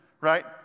right